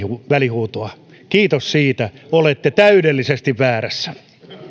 välihuutoa kiitos siitä olette täydellisesti väärässä